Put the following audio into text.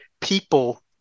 people